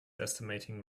estimating